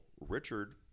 Richard